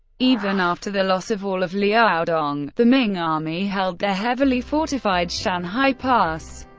even after the loss of all of liaodong, the ming army held the heavily fortified shanhai pass,